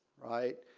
right.